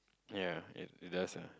ya it it does ah